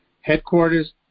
Headquarters